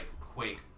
quake